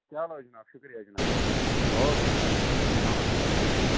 چلو جِناب شُکریہ جِناب شُکریہ او کے سلامُ علیکُم جِناب